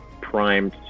primed